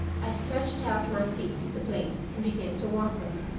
i stretched out my feet to the blaze and began to warm them,